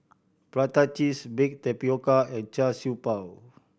prata cheese baked tapioca and Char Siew Bao